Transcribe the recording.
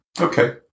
Okay